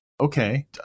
Okay